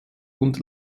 und